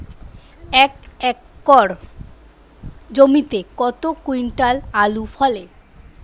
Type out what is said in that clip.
এক একর জমিতে কত কুইন্টাল আলু ফলে?